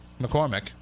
McCormick